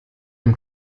dem